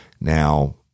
now